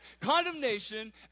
condemnation